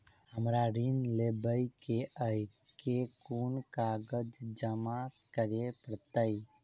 हमरा ऋण लेबै केँ अई केँ कुन कागज जमा करे पड़तै?